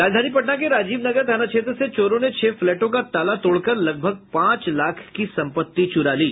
राजधानी पटना के राजीव नगर थाना क्षेत्र से चोरों ने छह फ्लैटों का ताला तोड़कर लगभग पांच लाख की संपत्ति चुरा ली